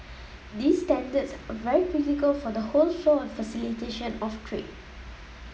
these standards are very critical for the whole flow and facilitation of trade